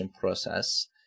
process